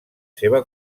seva